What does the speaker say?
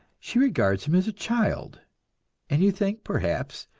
she regards him as a child and you think, perhaps,